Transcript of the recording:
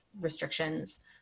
restrictions